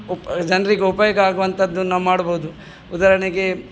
ಉ ಜನರಿಗೆ ಉಪಯೋಗ ಆಗುವಂತದ್ದನ್ನು ನಾವು ಮಾಡ್ಬೋದು ಉದಾಹರಣೆಗೆ